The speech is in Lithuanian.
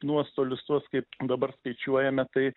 nuostolius tuos kaip dabar skaičiuojame tai